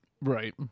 right